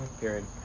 period